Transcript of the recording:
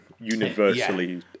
universally